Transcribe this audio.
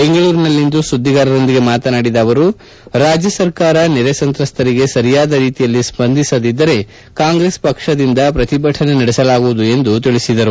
ಬೆಂಗಳೂರಿನಲ್ಲಿಂದು ಸುದ್ದಿಗಾರರೊಂದಿಗೆ ಮಾತನಾಡಿದ ಅವರು ರಾಜ್ಯ ಸರ್ಕಾರ ನೆರೆ ಸಂತ್ರಸ್ತರಿಗೆ ಸರಿಯಾದ ರೀತಿಯಲ್ಲಿ ಸ್ಪಂದಿಸದಿದ್ದರೆ ಕಾಂಗ್ರೆಸ್ ಪಕ್ಷದಿಂದ ಪ್ರತಿಭಟನೆ ನಡೆಸಲಾಗುವುದು ಎಂದು ತಿಳಿಸಿದರು